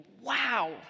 Wow